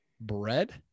bread